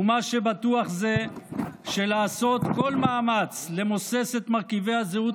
ומה שבטוח זה שלעשות כל מאמץ למוסס את מרכיבי הזהות